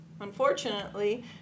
Unfortunately